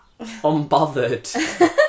unbothered